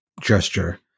gesture